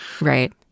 Right